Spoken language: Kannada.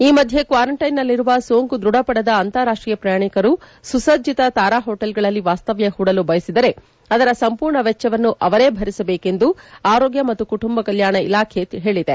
ಈ ಮಧ್ಯೆ ಕ್ವಾರಂಟೈನ್ನಲ್ಲಿರುವ ಸೋಂಕು ದೃಢಪಡದ ಅಂತಾರಾಷ್ವೀಯ ಪ್ರಯಾಣಿಕರು ಸುಸಜ್ಜಿತ ತಾರಾ ಹೊಟೇಲ್ಗಳಲ್ಲಿ ವಾಸ್ತವ್ಯ ಹೂಡಲು ಬಯಸಿದರೆ ಅದರ ಸಂಪೂರ್ಣ ವೆಚ್ಚವನ್ನು ಅವರೇ ಭರಿಸಬೇಕು ಎಂದು ಆರೋಗ್ಯ ಮತ್ತು ಕುಟುಂಬ ಕಲ್ಯಾಣ ಇಲಾಖೆ ಹೇಳಿದೆ